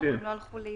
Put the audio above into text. אם לא הלכו לאיבוד.